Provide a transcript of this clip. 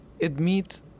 admit